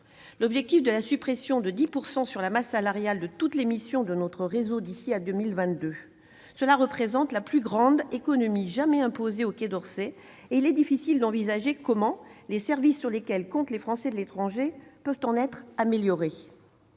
L'objectif est la diminution de 10 % de la masse salariale sur toutes les missions de notre réseau d'ici à 2022, soit la plus grande économie jamais imposée au Quai d'Orsay. Dans ces conditions, il est difficile d'envisager comment les services sur lesquels comptent les Français de l'étranger pourraient être améliorés.